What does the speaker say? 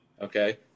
Okay